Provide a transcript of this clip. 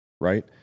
right